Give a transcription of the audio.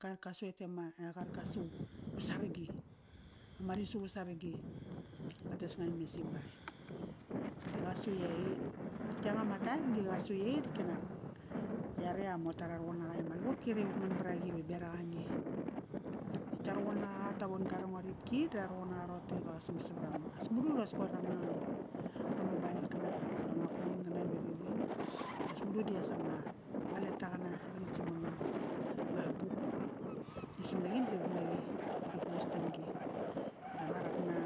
Qaer ka su et ma, qaer kasu, vasaragi. Vama risu vasaragi. Ta tesnga ime Simbai. Di qa su lai vat yanga ma taem di qa su lai di kanak, yare a mota ra ruqun naqa i ama lavopki retk i utuman varaqi ve beraqange. Nitk ta ruqun naqa, ra von-ga ra ngua ripki da ra ruqun naqa roqoe iva qa sam savarango as madu i as koir anga mobile kana, qoir anga phone kana ive ri ring. Das mudu di as ama, ma letter qana, a rit sam bama, ma a buk. Ri sam naqi natk ti rak naqi, ri postim gi. Da qarak na